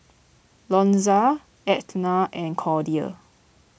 Lonzo Etna and Cordia